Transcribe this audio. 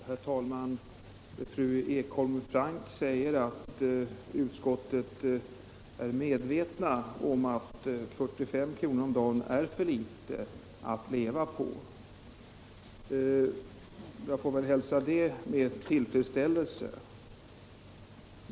Herr talman! Fru Ekholm-Frank säger att utskottet är medvetet om att 45 kr. om dagen är för litet att leva på. Jag får väl hälsa det med tillfredsställelse.